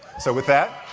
so with that,